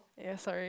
yea sorry